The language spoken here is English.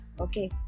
okay